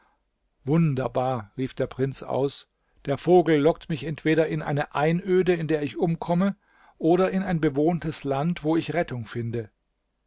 wunderbar rief der prinz aus der vogel lockt mich entweder in eine einöde in der ich umkomme oder in ein bewohntes land wo ich rettung finde